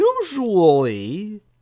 usually